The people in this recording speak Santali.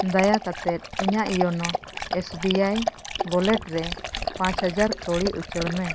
ᱫᱟᱭᱟ ᱠᱟᱛᱮᱫ ᱤᱧᱟᱹᱜ YONO S B I wallet ᱨᱮ ᱯᱟᱸᱪ ᱦᱟᱡᱟᱨ ᱠᱟᱹᱣᱰᱤ ᱩᱪᱟᱹᱲ ᱢᱮ